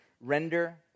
Render